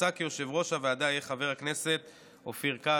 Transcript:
מוצע כי יושב-ראש הוועדה יהיה חבר הכנסת אופיר כץ.